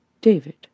David